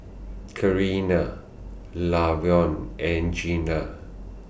Karina Lavon and Gina